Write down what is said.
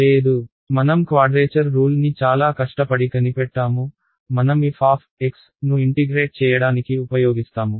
లేదు మనం క్వాడ్రేచర్ రూల్ని చాలా కష్టపడి కనిపెట్టాము మనం f ను ఇంటిగ్రేట్ చేయడానికి ఉపయోగిస్తాము